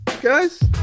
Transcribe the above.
guys